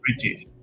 British